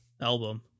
album